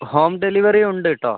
home ഡെലിവറിയും ഉണ്ട് കേട്ടോ